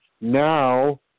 now